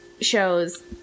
shows